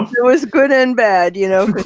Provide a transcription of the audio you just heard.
it was good and bad, you know?